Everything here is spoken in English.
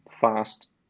fast